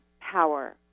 power